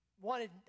Wanted